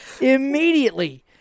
Immediately